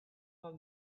for